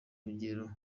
rugero